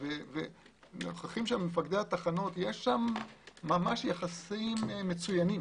יש שם ממש יחסים מצוינים.